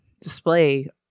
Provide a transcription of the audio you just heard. display